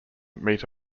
meet